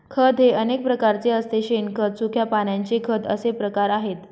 खत हे अनेक प्रकारचे असते शेणखत, सुक्या पानांचे खत असे प्रकार आहेत